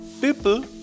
People